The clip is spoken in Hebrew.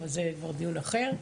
אבל זה כבר דיון אחר.